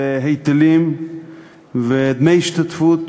היטלים ודמי השתתפות,